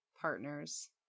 partners